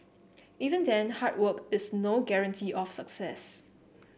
even then hard work is no guarantee of success